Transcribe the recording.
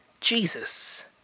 Jesus